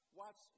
watch